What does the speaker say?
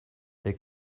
der